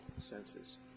senses